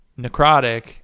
necrotic